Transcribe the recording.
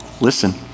listen